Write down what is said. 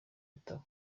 bitabo